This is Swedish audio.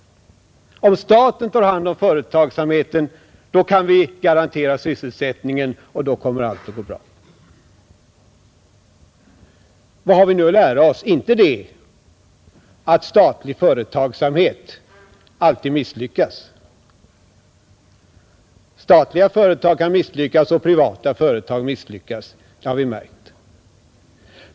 Om staten tar hand om företagsamheten, då kan vi garanteras sysselsättning och då kommer allt att gå bra, menade man. Vad har vi nu fått lära oss? Inte att statlig företagsamhet alltid misslyckas. Statliga företag kan misslyckas, och privata företag kan misslyckas, det har vi märkt.